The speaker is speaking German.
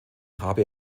habe